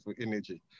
energy